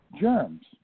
germs